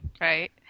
right